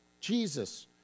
Jesus